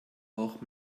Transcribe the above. auch